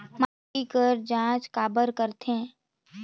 माटी कर जांच काबर करथे?